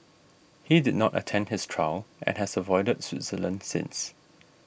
he did not attend his trial and has avoided Switzerland since